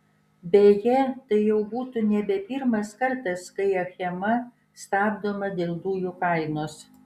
beje tai jau būtų nebe pirmas kartas kai achema stabdoma dėl dujų kainos